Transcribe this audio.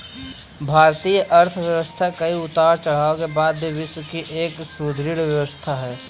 भारतीय अर्थव्यवस्था कई उतार चढ़ाव के बाद भी विश्व की एक सुदृढ़ व्यवस्था है